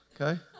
Okay